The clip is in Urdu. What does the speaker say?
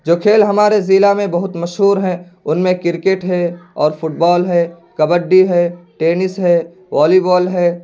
جو کھیل ہمارے ضلع میں بہت مشہور ہیں ان میں کرکٹ ہے اور فٹ بال ہے کبڈی ہے ٹینس ہے والی وال ہے